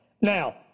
Now